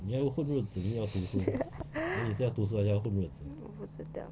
我不知道